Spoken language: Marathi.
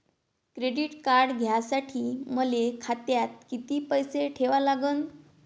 क्रेडिट कार्ड घ्यासाठी मले खात्यात किती पैसे ठेवा लागन?